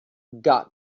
got